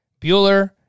Bueller